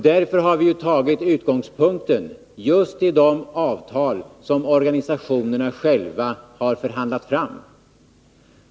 Därför har vi tagit utgångspunkten just i de avtal som organisationerna själva har förhandlat fram.